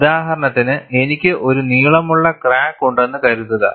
ഉദാഹരണത്തിന് എനിക്ക് ഒരു നീളമുള്ള ക്രാക്ക് ഉണ്ടെന്ന് കരുതുക